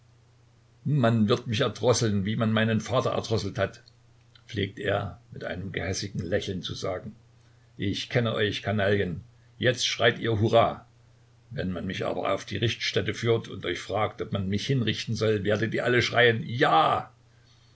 man wird mich erdrosseln wie man meinen vater erdrosselt hat pflegte er mit einem gehässigen lächeln zu sagen ich kenne euch kanaillen jetzt schreit ihr hurra wenn man mich aber auf die richtstätte führt und euch fragt ob man mich hinrichten soll werdet ihr alle schreien ja